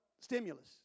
Stimulus